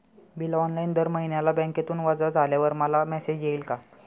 Bill online दर महिन्याला बँकेतून वजा झाल्यावर मला मेसेज येईल का?